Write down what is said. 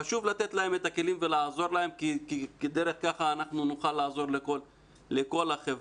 חשוב לתת להם את הכלים ולעזור להם כי רק כך נוכל לעזור לכל החברה.